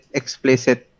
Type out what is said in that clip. explicit